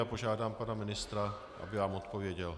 Požádám pana ministra, aby odpověděl.